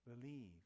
Believe